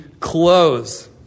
close